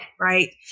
Right